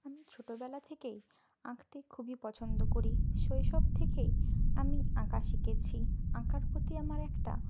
আমি ছোটোবেলা থেকেই আঁকতে খুবই পছন্দ করি শৈশব থেকেই আমি আঁকা শিখেছি আঁকার প্রতি আমার একটা